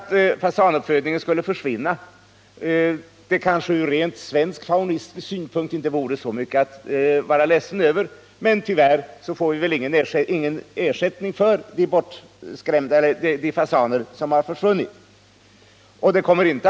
Om fasanuppfödningen upphörde vore detta kanske inte så mycket att vara ledsen över från svensk faunistisk synpunkt, men tyvärr kan vi inte räkna med att få någon art som ersätter fasanen.